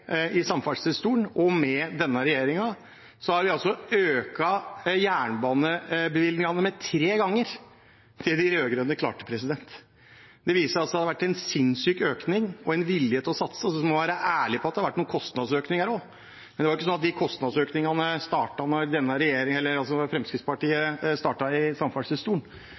Nævra om at med Fremskrittspartiet i samferdselsstolen og med denne regjeringen har man økt jernbanebevilgningene med tre ganger det de rød-grønne klarte. Det viser altså at det har vært en sinnssyk økning og en vilje til å satse. Man må være ærlig på at det har vært noen kostnadsøkninger her også, men de kostnadsøkningene startet ikke da Fremskrittspartiet satte seg i